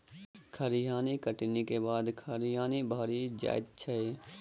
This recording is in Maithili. जजाति कटनीक बाद खरिहान भरि जाइत छै